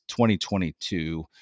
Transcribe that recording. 2022